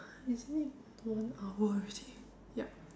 is it one hour already yup